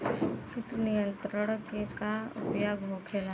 कीट नियंत्रण के का उपाय होखेला?